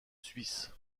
suisse